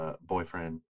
boyfriend